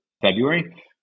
February